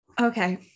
Okay